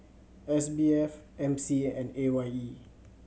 S B F M C A and A Y E